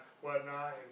whatnot